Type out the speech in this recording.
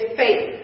faith